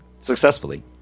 Successfully